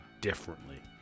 differently